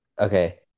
Okay